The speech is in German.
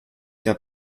der